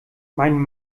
mein